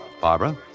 Barbara